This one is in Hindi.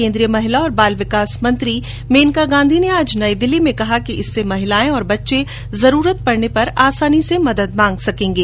केन्द्रीय महिला और बाल विकास मंत्री मेनका गांधी ने आज नई दिल्ली में कहा कि इससे महिलाएं और बच्चे जरूरत पड़ने पर आसानी से मदद मांग सकेंगे